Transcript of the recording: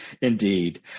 Indeed